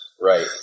Right